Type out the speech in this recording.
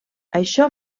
això